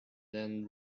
then